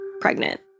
pregnant